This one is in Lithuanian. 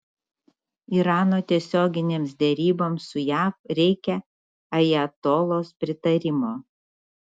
irano tiesioginėms deryboms su jav reikia ajatolos pritarimo